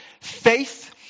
Faith